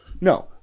no